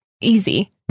easy